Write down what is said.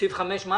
סעיף 4,